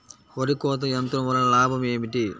వరి కోత యంత్రం వలన లాభం ఏమిటి?